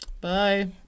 Bye